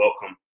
welcome